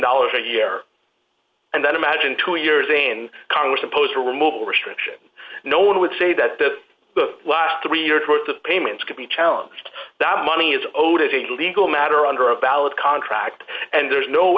dollars a year and then imagine two years and congress imposed a removal restriction no one would say that the last three years worth of payments could be challenged that money is owed as a legal matter under a valid contract and there's no